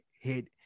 hit